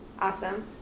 Awesome